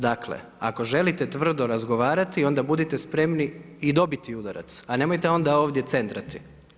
Dakle ako želite tvrdo razgovarati onda budite spremni i dobiti udarac, a nemojte onda ovdje cendrati.